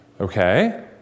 Okay